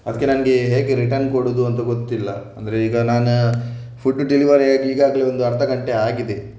ಅದಕ್ಕೆ ನನಗೆ ಹೇಗೆ ರಿಟರ್ನ್ ಕೊಡುವುದು ಅಂತ ಗೊತ್ತಿಲ್ಲ ಅಂದರೆ ಈಗ ನಾನ ಫುಡ್ ಡೆಲಿವರಿ ಆಗಿ ಈಗಾಗಲೇ ಒಂದು ಅರ್ಧ ಗಂಟೆ ಆಗಿದೆ